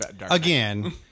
Again